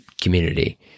community